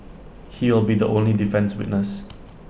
he will be the only defence witness